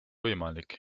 võimalik